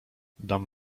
dam